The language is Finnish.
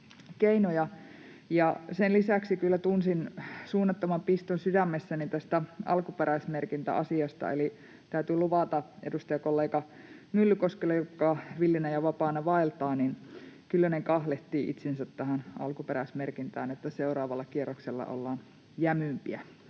Sen lisäksi kyllä tunsin suunnattoman piston sydämessäni tästä alkuperäismerkintäasiasta, eli täytyy luvata edustajakollega Myllykoskelle, joka villinä ja vapaana vaeltaa, että Kyllönen kahlehtii itsensä tähän alkuperäismerkintään, että seuraavalla kierroksella ollaan jämympiä.